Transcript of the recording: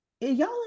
y'all